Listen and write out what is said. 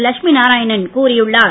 லட்சுமி நாராயணன் கூறியுள்ளார்